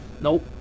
Nope